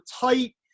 tight